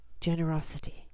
generosity